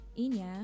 Inya